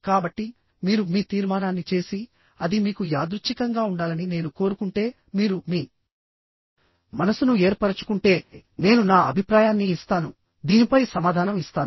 కాబట్టిమీరు మీ తీర్మానాన్ని చేసి అది మీకు యాదృచ్ఛికంగా ఉండాలని నేను కోరుకుంటే మీరు మీ మనసును ఏర్పరచుకుంటే నేను నా అభిప్రాయాన్ని ఇస్తాను దీనిపై సమాధానం ఇస్తాను